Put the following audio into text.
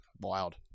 Wild